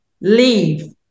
leave